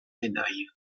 médailles